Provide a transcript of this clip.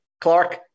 Clark